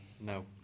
No